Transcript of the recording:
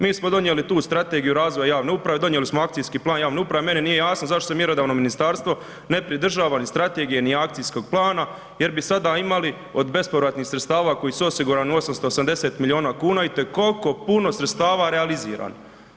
Mi smo donijeli tu Strategiju razvoja javne uprave, donijeli smo Akcijski plan javne uprave, meni nije jasno zašto se mjerodavno ministarstvo ne pridržava ni strategije ni akcijskog plana jer bi sada imali od bespovratnih sredstava koji su osigurani u 870 milijuna kuna itekoliko puno sredstava realizirali.